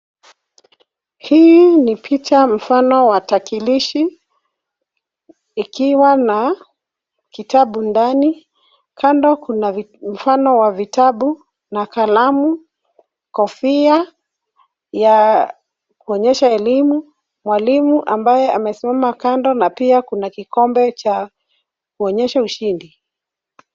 Hii ni picha mfano wa takilishi ikiwa na kitabu ndani. Kando kuna mfano wa vitabu na kalamu, kofia ya kuonyesha elimu, mwalimu ambaye amesimama kando na pia kuna kikombe cha kuonyesha ushindi.